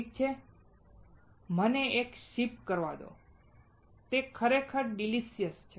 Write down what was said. ઠીક છે અને મને તેને સિપ કરવા દો અને તે ખરેખર ડિલિશસ છે